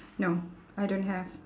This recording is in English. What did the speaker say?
no I don't have